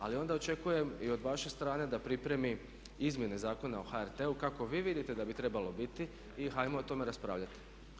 Ali onda očekujem i od vaše strane da pripremi izmjene Zakona o HRT-u kako vi vidite da bi trebalo biti i hajmo o tome raspravljati.